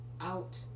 out